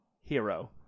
hero